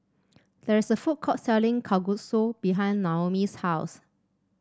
there is a food court selling Kalguksu behind Naomi's house